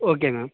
okay ma'am